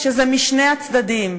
שזה משני הצדדים,